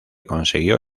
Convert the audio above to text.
consiguió